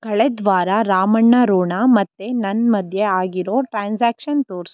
ಕಳೆದ ವಾರ ರಾಮಣ್ಣ ರೋಣ ಮತ್ತು ನನ್ನ ಮಧ್ಯೆ ಆಗಿರೋ ಟ್ರಾನ್ಸಾಕ್ಷನ್ ತೋರ್ಸು